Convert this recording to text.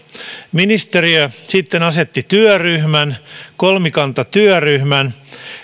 ministeriö sitten asetti työryhmän kolmikantatyöryhmän